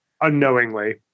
unknowingly